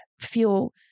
feel